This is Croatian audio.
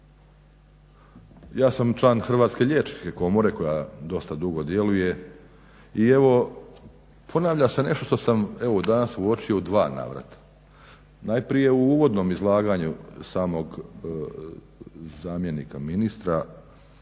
Ja sam član Hrvatske liječničke komore koja dosta dugo djeluje i evo ponavlja se nešto što sam, evo danas uočio u 2 navrata. Najprije u uvodnom izlaganju samog zamjenika ministra